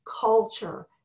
culture